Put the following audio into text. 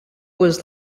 was